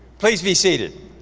please be seated.